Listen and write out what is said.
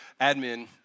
admin